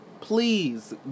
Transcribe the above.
Please